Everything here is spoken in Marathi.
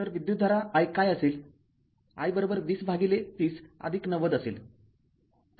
तर विद्युतधारा i काय असेल i २०३०९० असेल